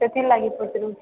ସେଥିଲାଗି ପଚାରୁଛି